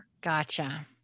Gotcha